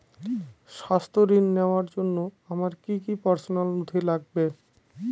স্বাস্থ্য ঋণ নেওয়ার জন্য আমার কি কি পার্সোনাল নথি লাগবে?